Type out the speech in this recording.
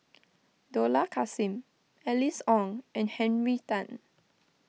Dollah Kassim Alice Ong and Henry Tan